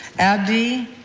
abdi,